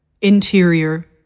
Interior